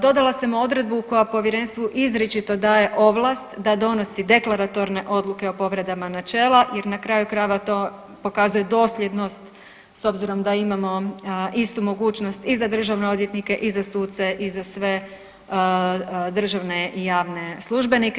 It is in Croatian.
Dodala sam odredbu koja povjerenstvu izričito daje ovlast da donosi deklaratorne odluke o povredama načela jer na kraju krajeva to pokazuje dosljednost s obzirom da imamo istu mogućnost i za državne odvjetnike i za suce i za sve državne i javne službenike.